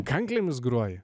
kanklėmis groji